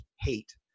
hate